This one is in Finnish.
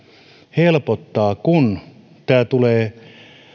helpottaa kun tämä tulee